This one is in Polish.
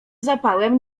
zapałem